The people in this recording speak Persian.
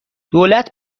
دولت